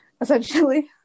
essentially